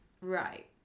Right